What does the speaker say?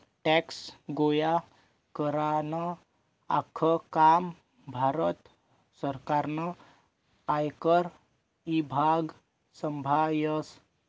tax गोया करानं आख्खं काम भारत सरकारनं आयकर ईभाग संभायस